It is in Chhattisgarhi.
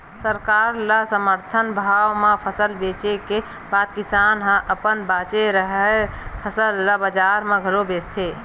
सरकार ल समरथन भाव म फसल बेचे के बाद किसान ह अपन बाचे हरय फसल ल बजार म घलोक बेचथे